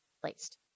placed